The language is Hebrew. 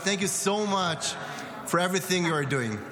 Thank you so much for everything you are doing.